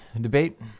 debate